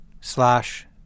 slash